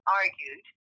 argued